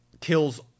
kills